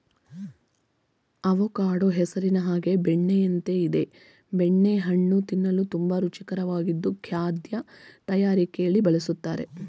avocado ಹೆಸರಿನ ಹಾಗೆ ಬೆಣ್ಣೆಯಂತೆ ಇದೆ ಬೆಣ್ಣೆ ಹಣ್ಣು ತಿನ್ನಲು ತುಂಬಾ ರುಚಿಕರವಾಗಿದ್ದು ಖಾದ್ಯ ತಯಾರಿಕೆಲಿ ಬಳುಸ್ತರೆ